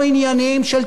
של עיתונות חופשית,